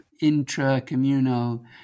intra-communal